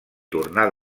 tornar